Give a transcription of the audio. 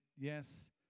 Yes